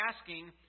asking